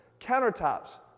Countertops